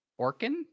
Orkin